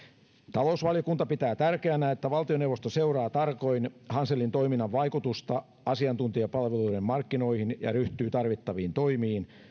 talousvaliokunta pitää tärkeänä että valtioneuvosto seuraa tarkoin hanselin toiminnan vaikutusta asiantuntijapalveluiden markkinoihin ja ryhtyy tarvittaviin toimiin